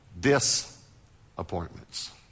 disappointments